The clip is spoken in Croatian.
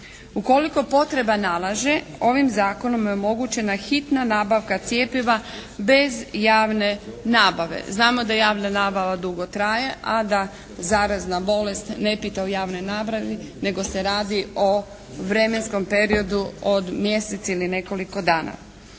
Ukoliko potreba nalaže ovim zakonom je omogućena hitna nabavka cjepiva bez javne nabave. Znamo da javna nabava dugo traje, a da zarazna bolest ne pita o javnoj nabavi nego se radi o vremenskom periodu od mjesec ili nekoliko dana.